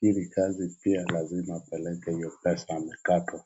ili kazi pia lazima apeleke ile pesa amekatwa.